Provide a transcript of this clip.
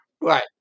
Right